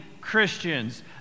christians